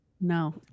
No